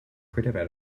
creative